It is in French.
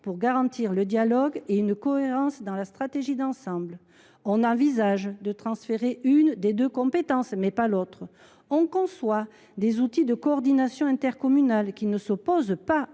pour garantir le dialogue et une cohérence dans la stratégie d’ensemble ; d’autres envisagent de transférer une des deux compétences, mais pas l’autre ; certains, enfin, conçoivent des outils de coordination intercommunale qui ne s’opposent pas